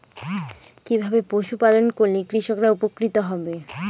কিভাবে পশু পালন করলেই কৃষকরা উপকৃত হবে?